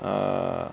err